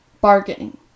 Bargaining